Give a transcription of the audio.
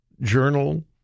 Journal